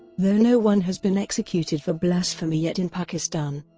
though no one has been executed for blasphemy yet in pakistan,